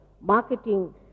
marketing